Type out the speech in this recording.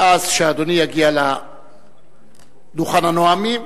ואז, כשאדוני יגיע לדוכן הנואמים,